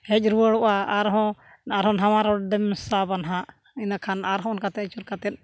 ᱦᱮᱡ ᱨᱩᱣᱟᱹᱲᱚᱜᱼᱟ ᱟᱨᱦᱚᱸ ᱟᱨᱦᱚᱸ ᱱᱟᱣᱟ ᱨᱳᱰᱮᱢ ᱥᱟᱵᱟᱱᱟᱟᱜ ᱤᱱᱟᱹᱠᱷᱟᱱ ᱟᱨᱦᱚᱸ ᱚᱱᱠᱟᱛᱮ ᱟᱹᱪᱩᱨ ᱠᱟᱛᱮᱫ